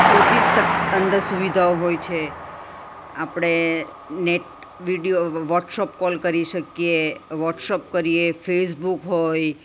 બધી જ તક અંદર સુવિધાઓ હોય છે આપણે નેટ વિડીયો વ વોટશૉપ કોલ કરી શકીએ વોટશૉપ કરીએ ફેસબુક હોય